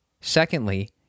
Secondly